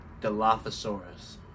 Dilophosaurus